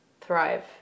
thrive